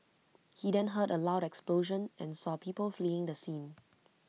he then heard A loud explosion and saw people fleeing the scene